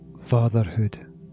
fatherhood